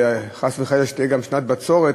וחס וחלילה שלא תהיה שנת בצורת.